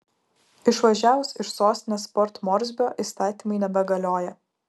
išvažiavus iš sostinės port morsbio įstatymai nebegalioja